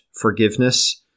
forgiveness